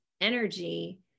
energy